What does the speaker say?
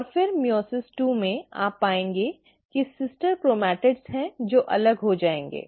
और फिर मइओसिस दो में आप पाएंगे कि सिस्टर क्रोमैटिडस हैं जो अलग हो जाएंगे